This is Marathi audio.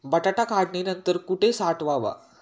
बटाटा काढणी नंतर कुठे साठवावा?